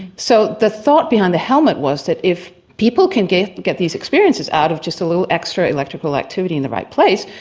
so the thought behind the helmet was that if people can get get these experiences out of just a little extra electrical activity in the right place,